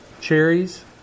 cherries